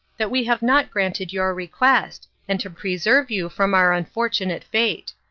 that we have not granted your request, and to preserve you from our unfortunate fate.